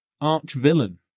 arch-villain